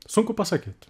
sunku pasakyt